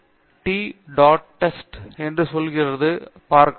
D dot test என்ன சொல்கிறது என்று பார்க்கலாம்